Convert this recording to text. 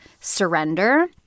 surrender